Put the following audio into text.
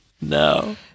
No